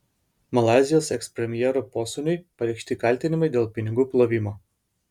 malaizijos ekspremjero posūniui pareikšti kaltinimai dėl pinigų plovimo